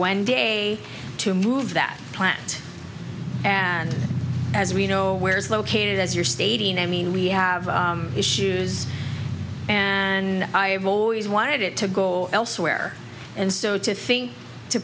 one day to move that plant and as we know where it's located as you're stating i mean we have issues and i have always wanted it to go elsewhere and so to think to